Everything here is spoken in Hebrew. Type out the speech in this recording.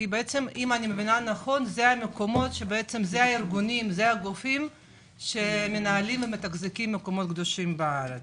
אבל אלה הארגונים והגופים שמנהלים ומתחזקים את המקומות הקדושים בארץ.